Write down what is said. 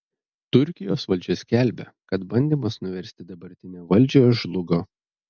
turkijos valdžia skelbia kad bandymas nuversti dabartinę valdžią žlugo